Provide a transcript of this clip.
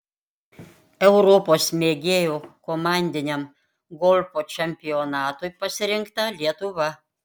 europos mėgėjų komandiniam golfo čempionatui pasirinkta lietuva